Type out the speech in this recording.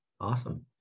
Awesome